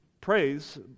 praise